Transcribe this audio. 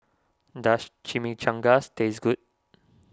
does Chimichangas taste good